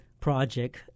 project